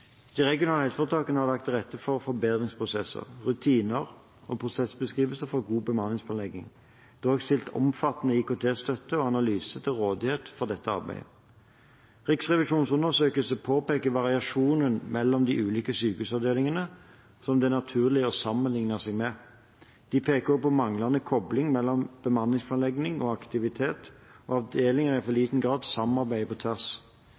De regionale helseforetakene har lagt til rette for forbedringsprosesser, rutiner og prosessbeskrivelser for god bemanningsplanlegging. Det er også stilt omfattende IKT-støtte og analyser til rådighet i dette arbeidet. Riksrevisjonens undersøkelse påpeker variasjoner mellom ulike sykehusavdelinger som det er naturlig å sammenligne seg med. De peker også på manglende kobling mellom bemanningsplanlegging og aktivitet, og at avdelingene i for liten grad samarbeider på tvers.